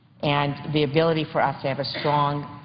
and the ability for us to have a strong,